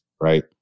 right